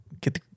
get